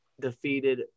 defeated